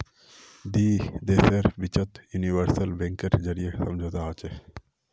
दी देशेर बिचत यूनिवर्सल बैंकेर जरीए समझौता हछेक